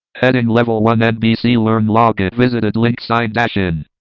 heading level one. nbc learn login. visited link sign dash in.